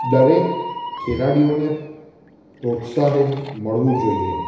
દરેક ખેલાડીઓને પ્રોત્સાહન મળવું જોઈએ